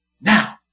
now